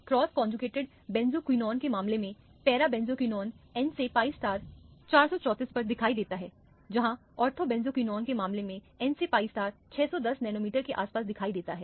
cross conjugated benzoquinone के मामले में पैरा बेंजोक्विनोन n से pi 434 पर दिखाई देता है जहां ऑर्थो बेंजोक्विनोन के मामले में n से pi 610 नैनोमीटर के आसपास दिखाई देता है